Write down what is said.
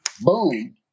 boom